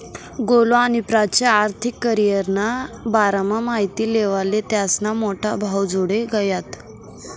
गोलु आणि प्राची आर्थिक करीयरना बारामा माहिती लेवाले त्यास्ना मोठा भाऊजोडे गयात